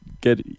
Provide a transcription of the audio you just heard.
get